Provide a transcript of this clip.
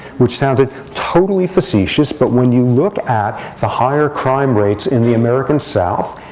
which sounded totally facetious. but when you look at the higher crime rates in the american south,